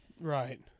Right